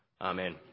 Amen